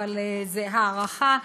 זו הערכה,